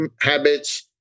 habits